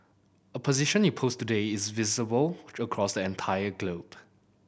a position you post today is visible across the entire globe